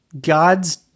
God's